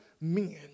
men